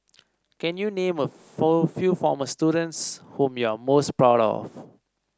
can you name a few former students whom you are most proud of